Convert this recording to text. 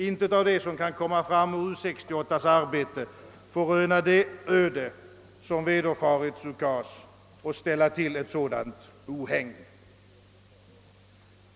Intet av det som kan bli resultatet av U 68:s arbete får röna det öde som vederfarits UKAS och ställa till ett sådant ohägn.